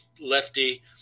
lefty